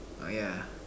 oh ya